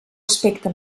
aspecte